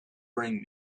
bring